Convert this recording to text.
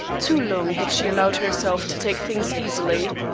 too long had she allowed herself to take things easily.